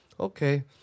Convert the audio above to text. Okay